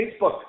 Facebook